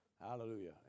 Hallelujah